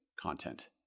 content